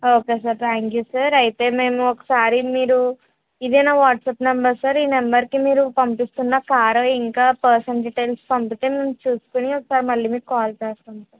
okay sir thank you sir అయితే మేము ఒకసారి మీరు ఇదే నా వాట్సాప్ నెంబర్ సార్ ఈ నంబర్కి మీరు పంపిస్తున్న కారు ఇంకా పర్సన్ డీటెయిల్స్ పంపితే మేము చూసుకొని ఒకసారి మళ్ళీ మీ కాల్ చేస్తాము